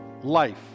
life